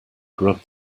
grub